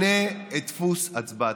שנה את דפוס הצבעתך,